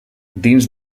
dins